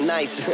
Nice